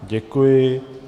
Děkuji.